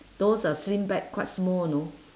those uh sling bag quite small know